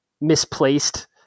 misplaced